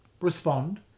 respond